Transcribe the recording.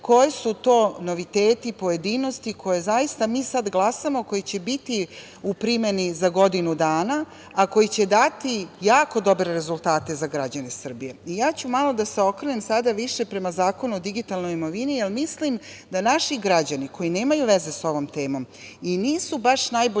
koji su to noviteti, pojedinosti koje zaista mi sada glasamo, koje će biti u primeni za godinu dana, a koji će dati jako dobre rezultate za građane Srbije. Ja ću malo da se okrenem sada više prema Zakonu o digitalnoj imovini, jer mislim da naši građani koji nemaju veze sa ovom temom i nisu baš najbolje